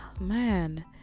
man